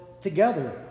together